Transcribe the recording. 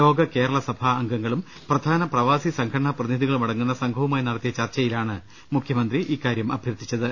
ലോക കേരള സഭാ അംഗങ്ങളും പ്രധാന പ്രവാസി സംഘടനാ പ്രതിനിധികളുമടങ്ങുന്ന സംഘവുമായി നടത്തിയ ചർച്ചയി ലാണ് മുഖ്യമന്ത്രി ഇക്കാര്യം അഭ്യർത്ഥിച്ചത്